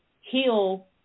heal